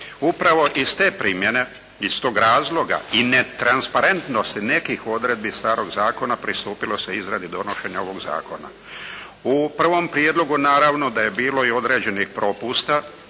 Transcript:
Upravo iz te primjene, iz tog razloga i netransparentnosti nekih odredbi starog zakona pristupilo se izradi donošenja ovog zakona. U prvom prijedlogu naravno da je bilo i određenih propusta